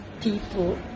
people